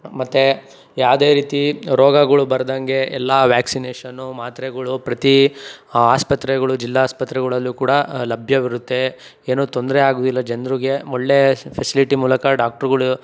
ಮತ್ತು ಯಾವುದೇ ರೀತಿ ರೋಗಗಳು ಬರ್ದಂತೆ ಎಲ್ಲ ವ್ಯಾಕ್ಸಿನೇಷನು ಮಾತ್ರೆಗಳು ಪ್ರತಿ ಆಸ್ಪತ್ರೆಗಳು ಜಿಲ್ಲಾಸ್ಪತ್ರೆಗಳಲ್ಲು ಕೂಡ ಲಭ್ಯವಿರುತ್ತೆ ಏನು ತೊಂದರೆ ಆಗೋದಿಲ್ಲ ಜನ್ರಿಗೆ ಒಳ್ಳೇ ಫೆಸ್ಲಿಟಿ ಮೂಲಕ ಡಾಕ್ಟ್ರುಗಳು